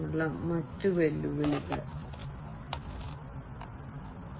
0 ൽ PLM നുള്ള ഈ പുതിയ ബിസിനസ്സ് വെല്ലുവിളികളിൽ ചിലത് മനസ്സിൽ സൂക്ഷിക്കേണ്ടതുണ്ട്